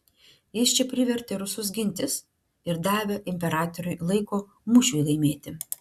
jis čia privertė rusus gintis ir davė imperatoriui laiko mūšiui laimėti